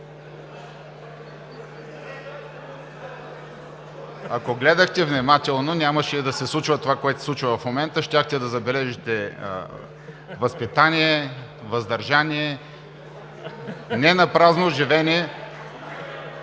Ако гледахте внимателно, нямаше да се случи това, което се случва в момента. Щяхте да забележите възпитание, въздържание, не напразно оживление…